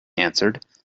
answered